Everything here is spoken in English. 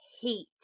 hate